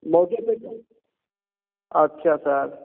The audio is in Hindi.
बॉडी बिल्डिंग अच्छा सर